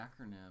acronym